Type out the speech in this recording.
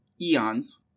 eons